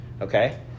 Okay